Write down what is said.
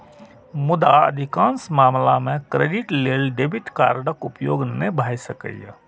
मुदा अधिकांश मामला मे क्रेडिट लेल डेबिट कार्डक उपयोग नै भए सकैए